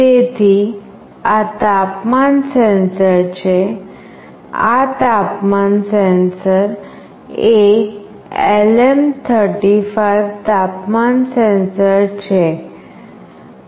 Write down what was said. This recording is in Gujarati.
તેથી આ તાપમાન સેન્સર છે આ તાપમાન સેન્સર એ LM35 તાપમાન સેન્સર છે